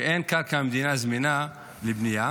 ואין קרקע מדינה זמינה לבנייה.